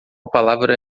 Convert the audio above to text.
palavra